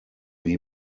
wie